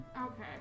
Okay